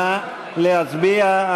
נא להצביע.